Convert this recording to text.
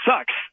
sucks